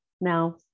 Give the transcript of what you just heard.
now